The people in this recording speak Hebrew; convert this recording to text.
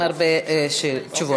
עם הרבה תשובות.